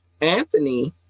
anthony